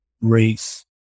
race